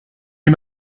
est